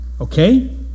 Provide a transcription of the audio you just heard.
Okay